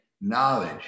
Knowledge